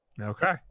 Okay